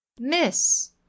Miss